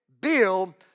bill